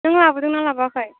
नों लाबोदों ना लाबोआखै